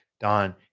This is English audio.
Don